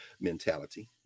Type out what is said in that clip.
mentality